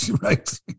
Right